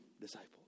disciples